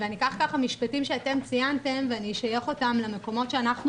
אני אקח משפטים שציינתם ואשייך אותם למקומות שאנחנו